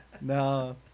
No